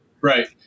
right